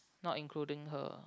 not including her